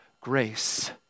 grace